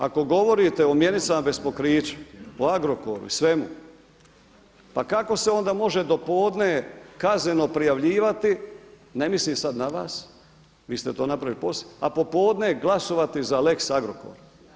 Ako govorite o mjenicama bez pokrića, o Agrokoru i svemu pa kako se onda može dopodne kazneno prijavljivati, ne mislim sad na vas, vi ste to napravili poslije, a popodne glasovati za lex Agrokor.